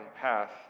path